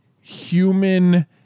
human